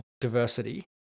diversity